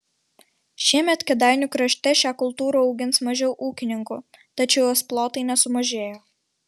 šiemet kėdainių krašte šią kultūrą augins mažiau ūkininkų tačiau jos plotai nesumažėjo